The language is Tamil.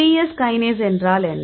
சிஎஸ் கைனேஸ் என்றால் என்ன